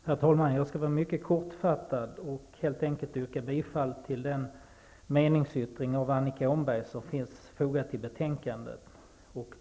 Herr talman! Jag skall mycket kortfattat och enkelt yrka bifall till den meningsyttring av Annika Åhnberg som finns fogad till betänkandet.